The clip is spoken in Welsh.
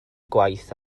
gwaith